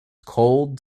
cold